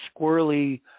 squirrely